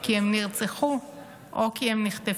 כי הם נרצחו או כי הם נחטפו.